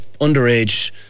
underage